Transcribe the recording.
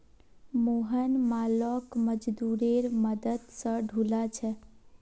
मोहन मालोक मजदूरेर मदद स ढूला ले